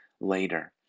later